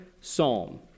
psalm